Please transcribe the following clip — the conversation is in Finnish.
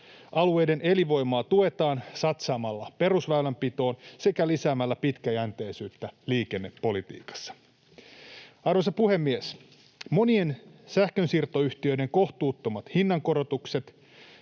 Alueiden elinvoimaa tuetaan satsaamalla perusväylänpitoon sekä lisäämällä pitkäjänteisyyttä liikennepolitiikassa. Arvoisa puhemies! Monien sähkönsiirtoyhtiöiden kohtuuttomat hinnankorotukset,